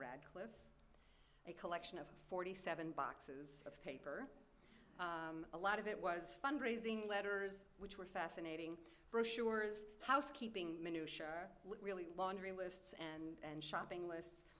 a collection of forty seven boxes of paper a lot of it was fundraising letters which were fascinating brochures housekeeping minutiae really laundry lists and shopping list